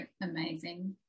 amazing